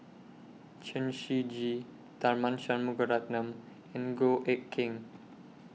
Chen Shiji Tharman Shanmugaratnam and Goh Eck Kheng